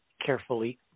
carefully